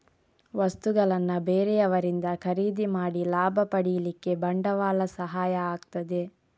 ವಸ್ತುಗಳನ್ನ ಬೇರೆಯವರಿಂದ ಖರೀದಿ ಮಾಡಿ ಲಾಭ ಪಡೀಲಿಕ್ಕೆ ಬಂಡವಾಳ ಸಹಾಯ ಆಗ್ತದೆ